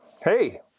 Hey